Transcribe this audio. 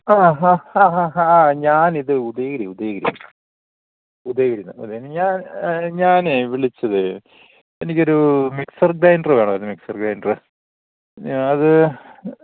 ആ ഹാ ഹ ആ ഞാനിത് ഉദയഗിരി ഉദയഗിരി ഉദയഗിരിയിൽ നിന്ന് ഞാൻ ഞാനേ വിളിച്ചത് എനിക്കൊരു മിക്സർ ഗ്രൈൻഡർ വേണം മിക്സർ ഗ്രൈൻഡർ അത്